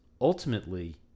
ultimately